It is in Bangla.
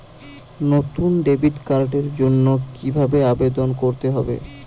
নতুন ডেবিট কার্ডের জন্য কীভাবে আবেদন করতে হবে?